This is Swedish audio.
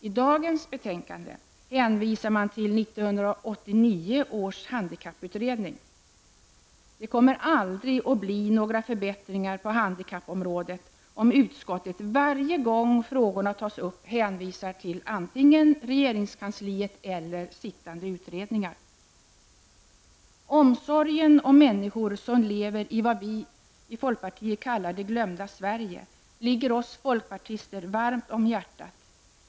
I dagens betänkande hänvisar man till 1989 års handikapputredning. Det kommer aldrig att bli några förbättringar på handikappområdet om utskottet varje gång frågorna tas upp hänvisar antingen till regeringskansliet eller till sittande utredningar. Omsorgen om människor som lever i vad vi i folkpartiet kallar det glömda Sverige ligger oss folkpartister varmt om hjärtat.